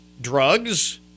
drugs